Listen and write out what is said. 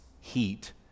heat